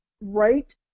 right